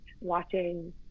watching